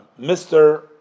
Mr